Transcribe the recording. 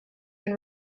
been